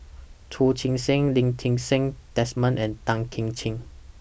Chu Chee Seng Lee Ti Seng Desmond and Tan Kim Ching